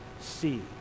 see